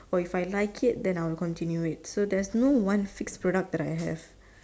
or if I like it then I'll continue it so there's no one fix product that I have